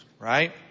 Right